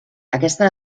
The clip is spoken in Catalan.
aquesta